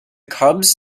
cubs